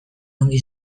ongi